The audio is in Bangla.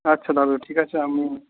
আচ্ছা দাদু ঠিক আছে আমি